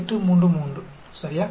833 சரியா